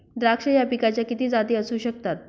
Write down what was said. द्राक्ष या पिकाच्या किती जाती असू शकतात?